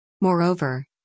Moreover